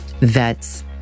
vets